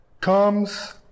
comes